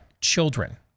children